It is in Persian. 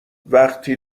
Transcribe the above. وقتی